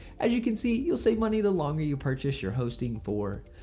as you can see you'll save money the longer, you purchase your hosting for.